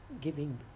giving